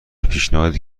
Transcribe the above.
پیشنهادی